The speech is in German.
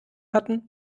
hatten